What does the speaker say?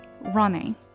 running